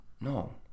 No